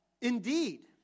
indeed